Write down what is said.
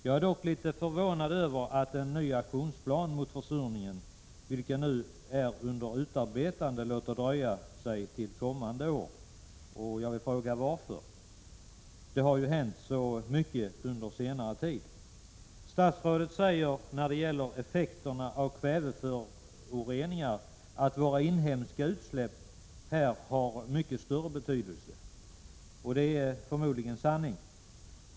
Jag är dock litet förvånad över att en ny aktionsplan mot försurningen, vilken nu är under utarbetande, låter vänta på sig till kommande år. Varför? Det har ju hänt så mycket under senare tid. Statsrådet säger beträffande effekterna av kväveföroreningar att våra inhemska utsläpp här har mycket större betydelse. Det är förmodligen sanningen.